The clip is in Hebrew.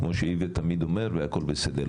אתה מגיע מהדרום,